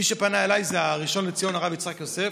מי שפנה אליי זה הראשון לציון הרב יצחק יוסף,